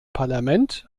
parlament